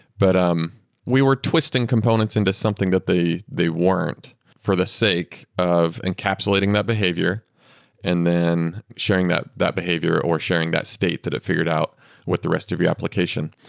but um we were twisting components into something that they they weren't for the sake of encapsulating that behavior and then sharing that that behavior, or sharing that state that have figured out with the rest of your application.